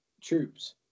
troops